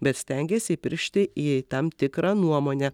bet stengiasi įpiršti ė tam tikrą nuomonę